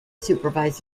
supervise